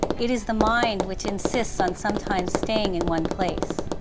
it is the mind which insists on sometimes staying in one place.